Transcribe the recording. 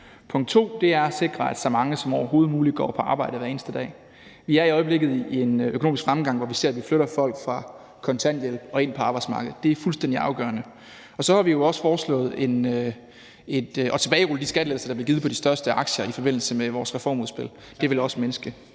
Punkt 2 er at sikre, at så mange som overhovedet muligt går på arbejde hver eneste dag. Vi er i øjeblikket i en økonomisk fremgang, hvor vi ser, at vi flytter folk fra kontanthjælp og ind på arbejdsmarkedet, og det er fuldstændig afgørende. Og så har vi jo også foreslået at tilbagerulle de skattelettelser, der blev givet på de største aktier, i forbindelse med vores reformudspil. Det vil også mindske